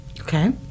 Okay